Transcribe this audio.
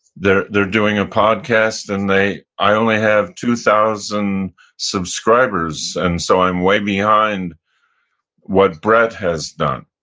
they're they're doing a podcast and they, i only have two thousand subscribers, and so i'm way behind what brett has done.